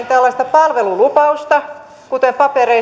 palvelulupausta kuten